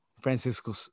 Francisco